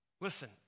Listen